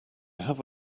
have